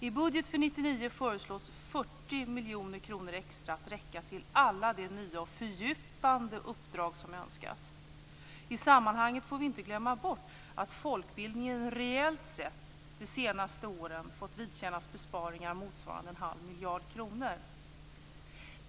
I budgeten för 1999 föreslås 40 miljoner extra att räcka till alla de nya och fördjupande uppdrag som önskas. I sammanhanget får vi inte glömma bort att folkbildningen reellt sett de senaste åren fått vidkännas besparingar motsvarande en halv miljard kronor.